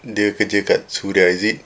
dia kerja dekat suria is it